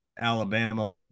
Alabama